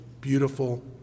beautiful